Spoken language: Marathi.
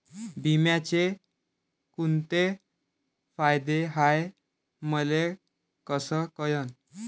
बिम्याचे कुंते फायदे हाय मले कस कळन?